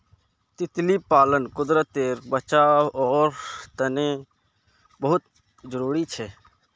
तितली पालन कुदरतेर बचाओर तने बहुत ज़रूरी छे